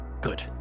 Good